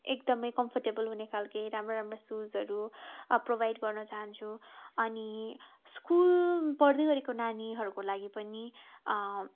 एकदमै कम्फोर्टेबल हुने खालको राम्रो राम्रो सुजहरू प्रोभाइड गर्न चाहन्छु अनि स्कुल पढ्दै गरेको नानीहरूको लागि पनि